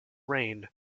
reign